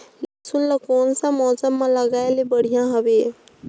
लसुन ला कोन सा मौसम मां लगाय ले बढ़िया हवे?